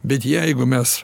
bet jeigu mes